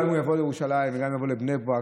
גם אם הוא יבוא לירושלים וגם אם הוא יבוא לבני ברק,